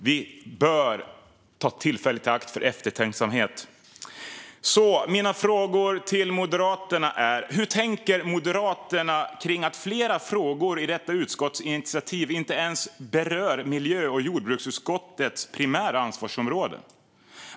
Vi bör ta tillfället i akt till eftertänksamhet. Mina frågor till Moderaterna är: Hur tänker Moderaterna kring att flera frågor i detta utskottsinitiativ inte ens berör miljö och jordbruksutskottets primära ansvarsområden?